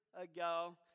ago